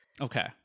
Okay